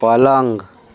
पलंग